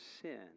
sin